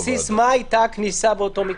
על בסיס מה הייתה הכניסה באותו מקרה?